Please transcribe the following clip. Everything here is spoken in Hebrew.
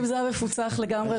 אם זה היה מפוצח לגמרי,